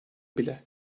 bile